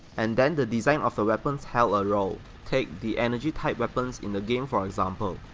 and then the design of the weapons held a role, take the energy type weapons in the game for examples.